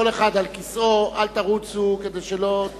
כל אחד על כיסאו, אל תרוצו כדי שלא תיכשלו.